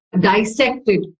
dissected